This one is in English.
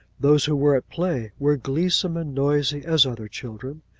those who were at play, were gleesome and noisy as other children.